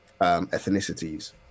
ethnicities